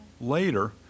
later